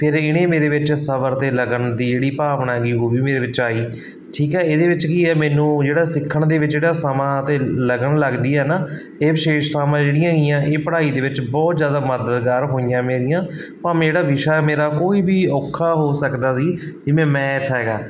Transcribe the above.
ਫਿਰ ਇਹਨੇ ਮੇਰੇ ਵਿੱਚ ਸਬਰ ਅਤੇ ਲਗਨ ਦੀ ਜਿਹੜੀ ਭਾਵਨਾ ਹੈਗੀ ਉਹ ਵੀ ਮੇਰੇ ਵਿੱਚ ਆਈ ਠੀਕ ਹੈ ਇਹਦੇ ਵਿੱਚ ਕੀ ਹੈ ਮੈਨੂੰ ਜਿਹੜਾ ਸਿੱਖਣ ਦੇ ਵਿੱਚ ਜਿਹੜਾ ਸਮਾਂ ਅਤੇ ਲਗਨ ਲੱਗਦੀ ਹੈ ਨਾ ਇਹ ਵਿਸ਼ੇਸ਼ਤਾਵਾਂ ਜਿਹੜੀਆਂ ਹੈਗੀਆਂ ਇਹ ਪੜ੍ਹਾਈ ਦੇ ਵਿੱਚ ਬਹੁਤ ਜ਼ਿਆਦਾ ਮਦਦਗਾਰ ਹੋਈਆਂ ਮੇਰੀਆਂ ਭਾਵੇਂ ਜਿਹੜਾ ਵਿਸ਼ਾ ਮੇਰਾ ਕੋਈ ਵੀ ਔਖਾ ਹੋ ਸਕਦਾ ਸੀ ਜਿਵੇਂ ਮੈਥ ਹੈਗਾ